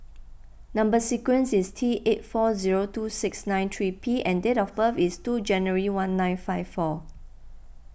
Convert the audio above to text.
Number Sequence is T eight four zero two six nine three P and date of birth is two January nineteen fifty four